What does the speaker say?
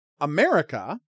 America